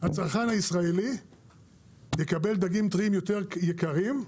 הצרכן הישראלי יקבל דגים טריים יותר יקרים,